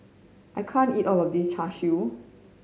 I can't eat all of this Char Siu